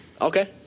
Okay